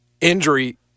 injury